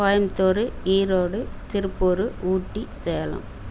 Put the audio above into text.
Coimbatore Erode Tiruppur Ooty Salem